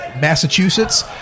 Massachusetts